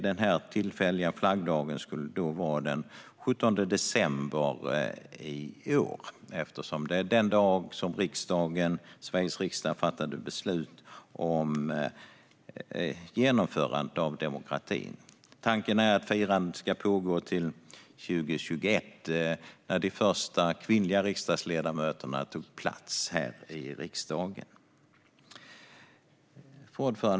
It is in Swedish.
Denna tillfälliga flaggdag skulle vara den 17 december i år, eftersom det är den dag som Sveriges riksdag fattade beslut om genomförandet av demokratin. Tanken är att firandet ska pågå till 2021, när de första kvinnliga ledamöterna tog plats i riksdagen. Fru talman!